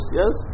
yes